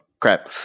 crap